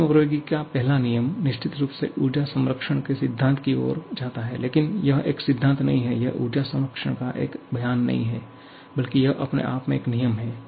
ऊष्मप्रवैगिकी का पहला नियम निश्चित रूप से ऊर्जा संरक्षण के सिद्धांत की ओर जाता है लेकिन यह एक सिद्धांत नहीं है यह ऊर्जा संरक्षण का एक बयान नहीं है बल्कि यह अपने आप में एक नियम है